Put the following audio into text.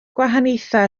gwahaniaethau